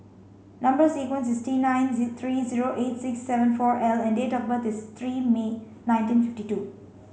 number sequence is T nine three zero eight six seven four L and date of birth is three May nineteen fifty two